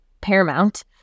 paramount